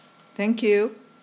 thank you